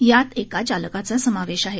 यात एका चालकाचा समावेश आहे